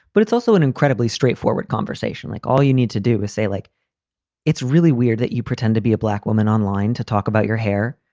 but it's also an incredibly straightforward conversation. like all you need to do is say, like it's really weird that you pretend to be a black woman online to talk about your hair.